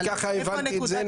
אני ככה הבנתי את זה.